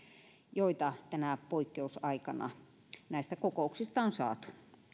joita tänä poikkeusaikana näistä kokouksista on saatu